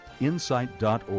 insight.org